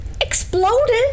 Exploded